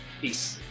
Peace